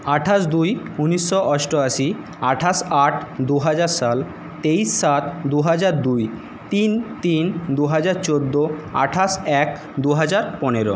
আঠাশ দুই উনিশো অষ্টআশি আঠাশ আট দুহাজার সাল তেইশ সাত দুহাজার দুই তিন তিন দুহাজার চোদ্দো আঠাশ এক দুহাজার পনেরো